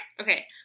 Okay